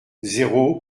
zéro